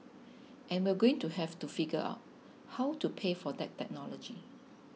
and we're going to have to figure out how to pay for that technology